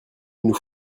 nous